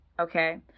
okay